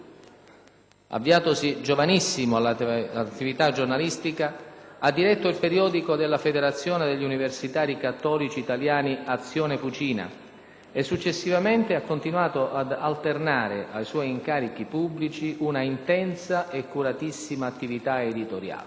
Avviatosi giovanissimo all'attività giornalistica, ha diretto il periodico della Federazione degli universitari cattolici italiani «Azione Fucina» e successivamente ha continuato ad alternare ai suoi incarichi pubblici una intensa e curatissima attività editoriale.